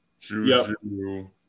Juju